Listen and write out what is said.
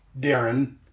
Darren